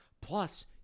Plus